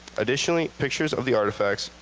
additionally, picture of the artifacts,